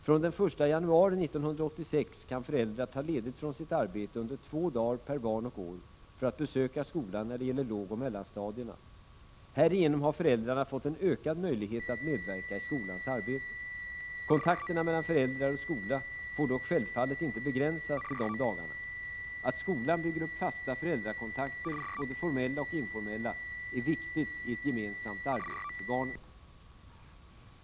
Från den 1 januari 1986 kan föräldrar ta ledigt från sitt arbete under två dagar per barn och år för att besöka skolan när när det gäller lågoch mellanstadierna. Härigenom har föräldrarna fått en ökad möjlighet att medverka i skolans arbete. Kontakterna mellan föräldrar och skola får dock självfallet inte begränsas till dessa dagar. Att skolan bygger upp fasta föräldrakontakter, både formella och informella, är viktigt i ett gemensamt arbete för barnen.